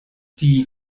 die